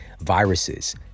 viruses